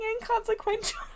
inconsequential